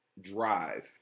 drive